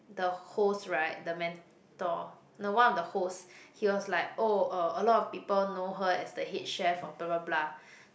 the host right the mentor no one of the host he was like oh uh a lot of people know her as the head chef or blah blah blah